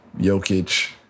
Jokic